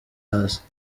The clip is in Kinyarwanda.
hasi